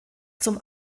zum